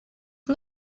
and